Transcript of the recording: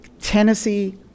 Tennessee